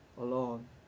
alone